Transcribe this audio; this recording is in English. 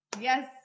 Yes